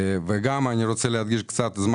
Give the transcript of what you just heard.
כמה שנים אתה עובד?